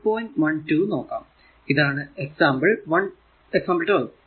12 നോക്കാം ഇതാണ് എക്സാമ്പിൾ 12